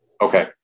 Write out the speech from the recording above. Okay